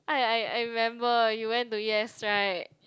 I I I remember you went to U_S right